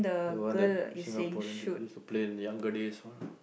the one that Singaporean we used to play in the younger days all